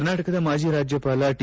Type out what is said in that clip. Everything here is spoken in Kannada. ಕರ್ನಾಟಕದ ಮಾಜಿ ರಾಜ್ಯಪಾಲ ಟಿ